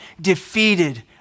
defeated